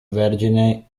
vergine